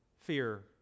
fear